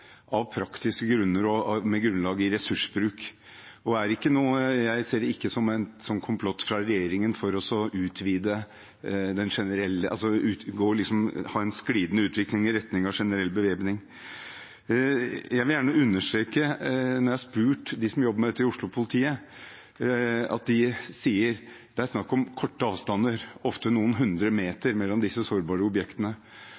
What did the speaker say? av praktiske grunner og med grunnlag i ressursbruk. Jeg ser det ikke som noe komplott fra regjeringen for å få en glidende utvikling i retning av generell bevæpning. Jeg vil gjerne understreke at når jeg har spurt dem som jobber med dette i Oslo-politiet, sier de at det er snakk om korte avstander, ofte noen